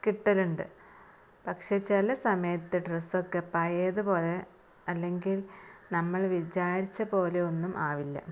കിട്ടലുണ്ട് പക്ഷേ ചില സമയത്ത് ഡ്രസൊക്കെ പഴയതുപോലെ അല്ലെങ്കിൽ നമ്മൾ വിജാരിച്ച പോലെയൊന്നും ആവില്ല